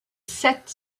sept